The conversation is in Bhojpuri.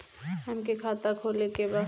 हमके खाता खोले के बा?